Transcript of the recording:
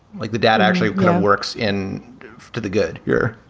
like the dad actually works in to the good. you're